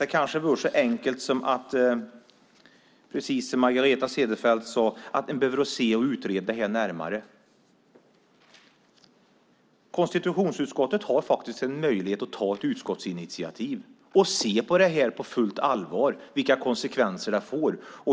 Det kanske är så enkelt, som Margareta Cederfelt sade, att man behöver se på och utreda det här närmare. Konstitutionsutskottet har möjlighet att ta ett utskottsinitiativ för att på fullt allvar se vilka konsekvenser detta får.